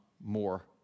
more